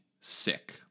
sick